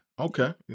Okay